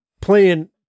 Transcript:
playing